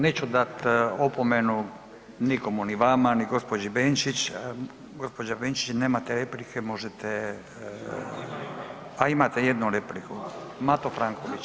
Neću dati opomenu nikomu, ni vama, ni gospođi Benčić, gospođo Benčić nemate replike možete, a imate jednu repliku, Mato Franković.